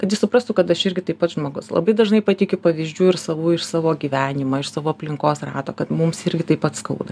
kad jis suprastų kad aš irgi taip pat žmogus labai dažnai pateikiu pavyzdžių ir savų iš savo gyvenimą iš savo aplinkos rato kad mums irgi taip pat skauda